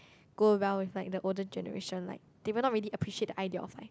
go well with like the older generation like they will not really appreciate the idea of like